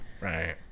right